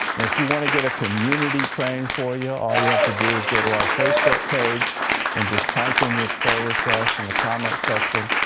and if you want to get a community praying for you, all you have to do is go to our facebook page and type in your prayer requests in the comment section,